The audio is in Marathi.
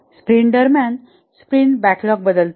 स्प्रिंट दरम्यान स्प्रिंट बॅकलॉग बदलतो